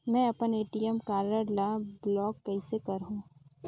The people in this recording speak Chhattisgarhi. मै अपन ए.टी.एम कारड ल ब्लाक कइसे करहूं?